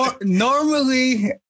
Normally